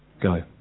Go